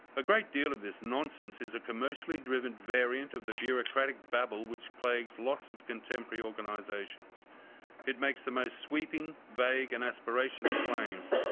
a great deal of this nonsense is a commercially-driven variant of the bureaucratic babble which plagues lots of contemporary organisations it makes the most sweeping, vague and aspirational claims,